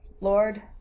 Lord